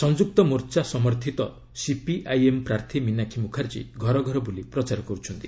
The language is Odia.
ସଂଯୁକ୍ତ ମୋର୍ଚ୍ଚା ସମର୍ଥିତ ସିପିଆଇଏମ୍ ପ୍ରାର୍ଥୀ ମୀନାକ୍ଷୀ ମୁଖାର୍ଜୀ ଘରଘର ବୁଲି ପ୍ରଚାର କରୁଛନ୍ତି